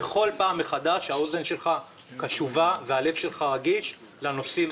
בכל פעם מחדש האוזן שלך קשובה והלב שלך רגיש לנושאים הללו.